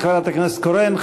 תודה לחברת הכנסת קורן.